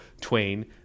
Twain